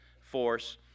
Force